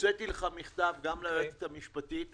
הוצאתי לך מכתב, גם ליועצת המשפטית.